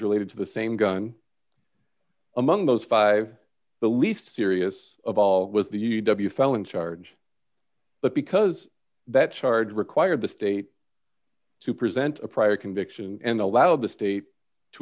related to the same gun among those five the least serious of all was the u w felony charge but because that charge required the state to present a prior conviction and allow the state to